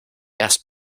erst